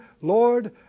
Lord